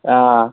অঁ অঁ